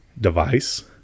device